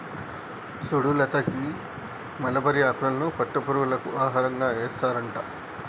సుడు లత గీ మలబరి ఆకులను పట్టు పురుగులకు ఆహారంగా ఏస్తారట